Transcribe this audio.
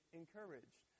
encouraged